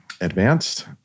advanced